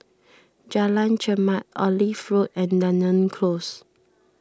Jalan Chermat Olive Road and Dunearn Close